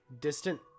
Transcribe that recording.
distant